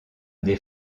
des